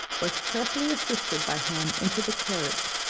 was carefully assisted by him into the carriage,